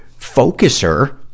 focuser